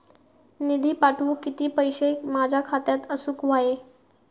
निधी पाठवुक किती पैशे माझ्या खात्यात असुक व्हाये?